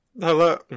Hello